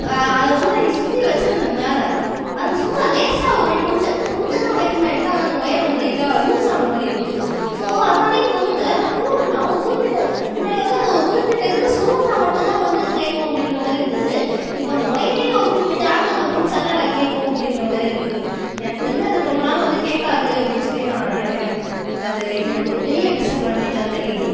அதை வந்து இங்கே சுற்றி வச்சுருந்தேன் மேலே அது சும்மா லேசாக ஒருவாட்டி கொஞ்சம் கொஞ்சம் தான் வேகமாக எடுத்தேன் ஆனால் அந்த ஒயர் வந்து லைட்டாக லூசான மாதிரி இருக்கு ஸோ அதனால் இப்போ வந்து அதை நான் போட்டேன்னா ஒரு குறிப்பிட்ட முன்னாடியாவது அதை ஒரு குறிப்பிட்ட இதில் சொருவினா மட்டும் தான் வந்து கேட்கும் அப்படின்ற மாதிரி இருந்துது இப்போ அந்த ஒயரே நான் ஒரு குறிப்பிட்ட ஆங்கிளில் பிடிச்சாதான் எனக்கு கேட்கும் அப்படின்ற மாதிரி இருக்கு எனக்கு தெரிஞ்சு அது ரொம்ப நாள் வந்து கேட்காது அப்படின்னு சொல்லி நான் நினைக்கிறேன் அது இது எனக்கு ஒரு பெரிய டிஸ்அட்வான்ட்டேஜாக தெரியுது